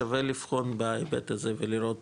שווה לבחון בהיבט הזה ולראות